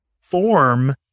form